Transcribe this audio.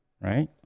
right